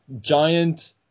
giant